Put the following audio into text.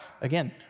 Again